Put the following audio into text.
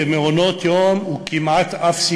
של יוצאי אתיופיה במעונות-היום הוא כמעט אפסי.